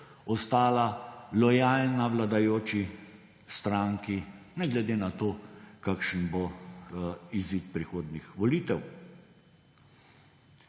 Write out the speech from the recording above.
ostala lojalna vladajoči stranki ne glede na to, kakšen bo izid prihodnjih volitev.